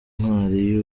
twari